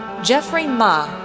jeffrey ma,